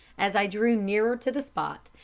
as i drew nearer to the spot,